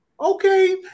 Okay